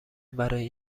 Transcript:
برای